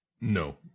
No